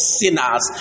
sinners